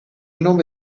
nome